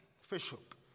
Fishhook